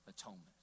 atonement